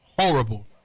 Horrible